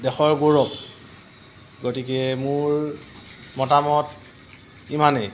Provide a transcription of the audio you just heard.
দেশৰ গৌৰৱ গতিকে মোৰ মতামত ইমানেই